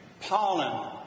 pollen